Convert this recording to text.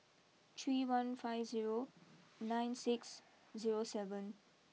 three one five zero nine six zero seven